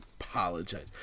apologize